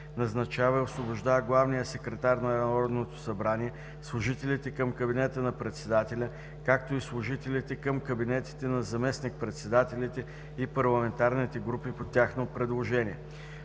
назначава и освобождава главния секретар на Народното събрание, служителите към кабинета на председателя, както и служителите към кабинетите на заместник-председателите и парламентарните групи по тяхно предложение;